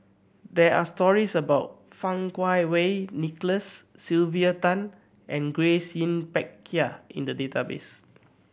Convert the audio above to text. there are stories about Fang Kuo Wei Nicholas Sylvia Tan and Grace Yin Peck Ha in the database